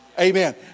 Amen